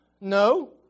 No